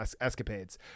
escapades